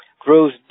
grows